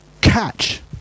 catch